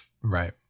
Right